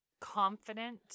confident